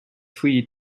free